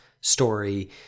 story